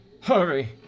Hurry